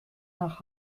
nach